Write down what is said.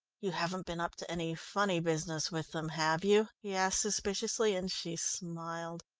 you haven't been up to any funny business with them, have you? he asked suspiciously, and she smiled.